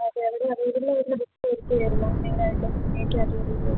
അതെ അവിടെ അവൈലബിളായിട്ടുള്ള ലിസ്റ്റ് ഏതൊക്കെയായിരുന്നു മെയ്നായിട്ടും മെയിൻ ക്യാറ്റഗറീൽ